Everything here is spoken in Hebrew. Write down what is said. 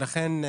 לכן,